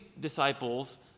disciples